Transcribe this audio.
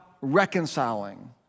reconciling